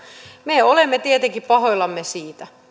me olemme tietenkin pahoillamme siitä